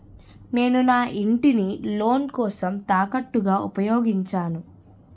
నేను నా ఇంటిని లోన్ కోసం తాకట్టుగా ఉపయోగించాను